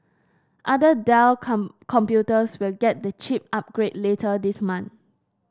other Dell computers will get the chip upgrade later this month